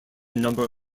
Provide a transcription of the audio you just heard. number